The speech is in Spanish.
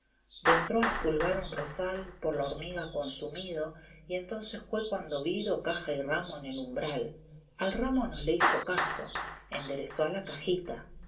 dentro a espulgrar un rosal por la hormiga consumido y entonces jué cuando vido caja y ramo en el umbral al ramo no le hizo caso enderezó a la cajita